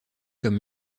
comme